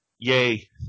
yay